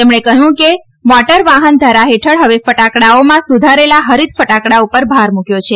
તેમણે કહ્યું કે મોટર વાહનધારા હેઠળ ફવે ફટાકડાઓમાં સુધારેલા હરીત ફટાકડા પર ભાર મૂક્વો છે